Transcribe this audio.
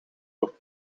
wordt